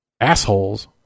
Assholes